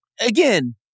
again